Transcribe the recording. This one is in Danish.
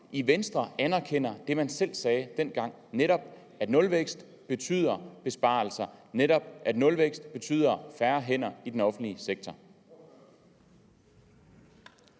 i Venstre anerkender det, man selv sagde dengang, om, at nulvækst betyder besparelser, at nulvækst betyder færre hænder i den offentlige sektor?